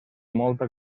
molta